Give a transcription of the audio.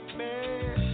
man